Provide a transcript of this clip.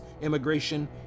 immigration